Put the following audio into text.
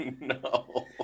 No